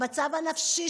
למצב הנפשי,